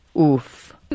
Oof